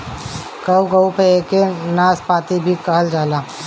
कहू कहू पे एके नाशपाती भी कहल जाला